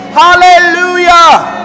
hallelujah